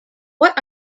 what